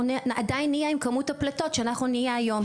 עדיין נהיה עם כמות הפליטות שאנחנו נהיה היום,